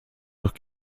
doch